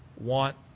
want